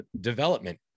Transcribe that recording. development